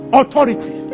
authority